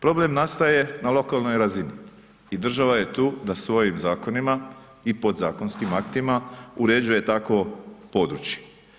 Problem nastaje na lokalnoj razini i država je tu da svojim zakonima i podzakonskim aktima uređuje takvo područje.